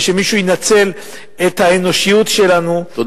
ושמישהו ינצל את האנושיות שלנו,